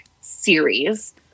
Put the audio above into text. series